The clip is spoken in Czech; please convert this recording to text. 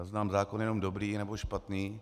Znám zákon jenom dobrý nebo špatný.